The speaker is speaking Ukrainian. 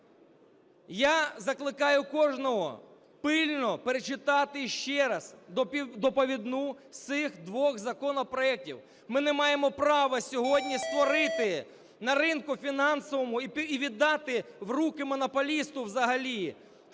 Я закликаю кожного пильно перечитати ще раз доповідну з цих двох законопроектів. Ми не маємо права сьогодні створити на ринку фінансовому і віддати в руки монополісту взагалі,